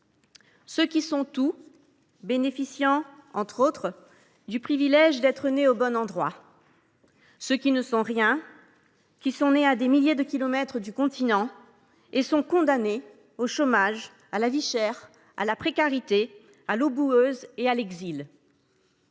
Ceux qui sont tout bénéficient, entre autres, du privilège d’être nés au bon endroit. Ceux qui ne sont rien, nés à des milliers de kilomètres du continent, sont condamnés au chômage, à la vie chère, à la précarité, à l’eau boueuse et à l’exil.